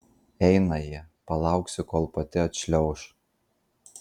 eina ji palauksiu kol pati atšliauš